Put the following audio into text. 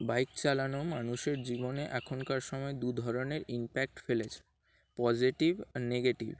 bike চালানো মানুষের জীবনে এখনকার সময় দু ধরনের ইম্প্যাক্ট ফেলেছে পজিটিভ আর নেগেটিভ